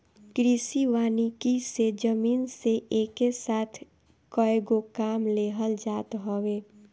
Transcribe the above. कृषि वानिकी से जमीन से एके साथ कएगो काम लेहल जात हवे